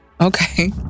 okay